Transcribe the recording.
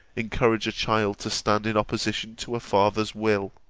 encourage a child to stand in opposition to a father's will.